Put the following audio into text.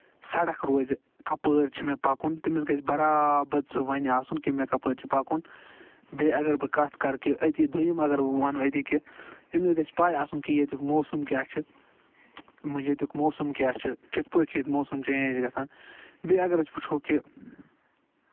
سَڑک روزِ کَپٲری چھُ مےٚ پَکُن تٔمِس گژھِ باربَد سُہ وَنہِ آسُن کہِ مےٚ کَپٲرۍ چھُ پَکُن بیٚیہِ اَگر بہٕ کَتھ کرٕ کہِ أتہِ دٔیُم اَگر بہٕ وَنہٕ أتہِ کیٚنہہ تٔمِس گژھِ پَے آسُن کہِ ییٚتُک موسَم کیاہ چھُ ییٚتُک موسَم کیاہ چھُ کِتھۍ پٲٹھۍ چھُ ییٚتہِ موسَم چینج گژھان بیٚیہِ اَگر أسۍ وُچھو کہِ